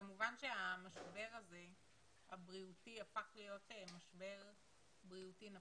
כמובן שהמשבר הבריאותי הזה הפך להיות משבר בריאותי-נפשי.